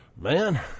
Man